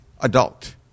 adult